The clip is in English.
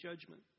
judgment